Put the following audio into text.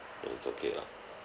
then it's okay lah